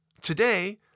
Today